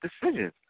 decisions